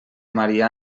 maria